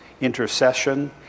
intercession